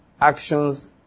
actions